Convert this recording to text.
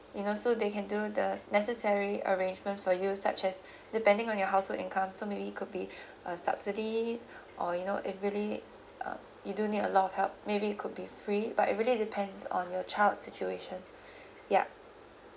in also they can do the necessary arrangement for you such as depending on your household income so maybe it could be a subsidy or you know if really uh you do need a lot of help maybe it could be free but it really depends on your child situation yup